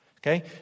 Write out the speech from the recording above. Okay